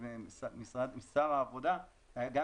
הייתה התייעצות עם שר העבודה וגם